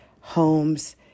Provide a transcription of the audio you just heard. homes